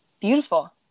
beautiful